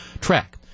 track